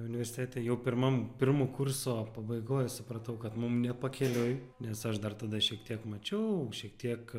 universitete jau pirmam pirmo kurso pabaigoj supratau kad mum ne pakeliui nes aš dar tada šiek tiek mačiau šiek tiek